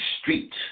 street